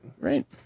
Right